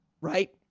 right